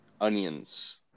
onions